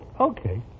Okay